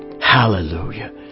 Hallelujah